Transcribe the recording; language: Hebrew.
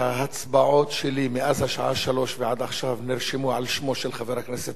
שלי מאז השעה 15:00 ועד עכשיו נרשמו על שמו של חבר הכנסת וקנין,